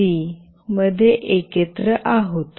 concat मध्ये एकत्रित आहोत